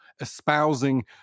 espousing